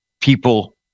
people